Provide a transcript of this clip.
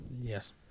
Yes